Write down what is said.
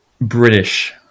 British